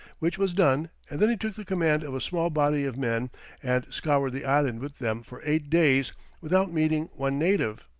which was done, and then he took the command of a small body of men and scoured the island with them for eight days without meeting one native,